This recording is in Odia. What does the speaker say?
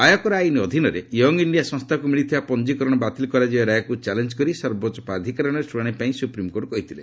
ଆୟକର ଆଇନ୍ ଅଧୀନରେ ୟଙ୍ଗ୍ ଇଣ୍ଡିଆ ସଂସ୍ଥାକୁ ମିଳିଥିବା ପଞ୍ଜିକରଣ ବାତିଲ କରାଯିବା ରାୟକୁ ଚ୍ୟାଲେଞ୍ଜ କରି ସର୍ବୋଚ୍ଚ ପ୍ରାଧିକରଣରେ ଶୁଣାଣି ପାଇଁ ସୁପ୍ରିମ୍କୋର୍ଟ କହିଥିଲେ